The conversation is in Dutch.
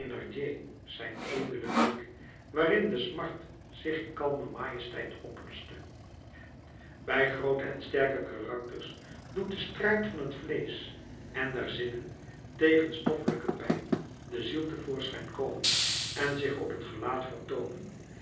zijn edelen blik waarin de smart zich in kalme majesteit oploste bij groote en sterke karakters doet de strijd van het vleesch en der zinnen tegen stoffelijke pijn de ziel te voorschijn komen en zich op t gelaat